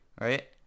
right